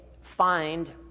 find